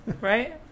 Right